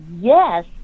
yes